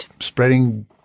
spreading